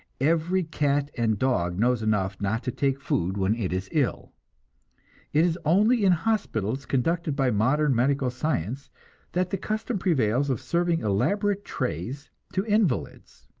every cat and dog knows enough not to take food when it is ill it is only in hospitals conducted by modern medical science that the custom prevails of serving elaborate trays to invalids.